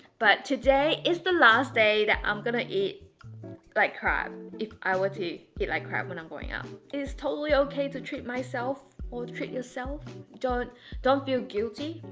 but today is the last day that i'm gonna eat like crap, if i were to eat like crap when i'm going out. it's totally okay to treat myself or treat yourself. don't don't feel guilty,